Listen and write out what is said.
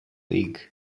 league